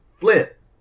flip